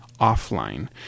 offline